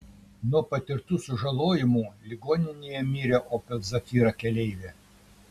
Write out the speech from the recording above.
nuo patirtų sužalojimų ligoninėje mirė opel zafira keleivė